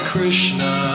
Krishna